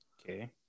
Okay